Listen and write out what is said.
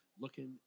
looking